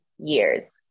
years